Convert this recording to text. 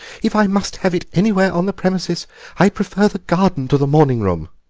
if i must have it anywhere on the premises i prefer the garden to the morning-room.